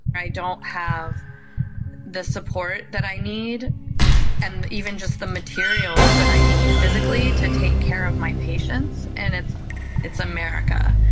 i don't have the support that i need and even just the materials that i need physically to take care of my patients, and it's it's america.